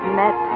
met